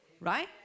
Right